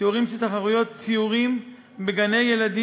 תיאורים של תחרויות ציורים בגני-ילדים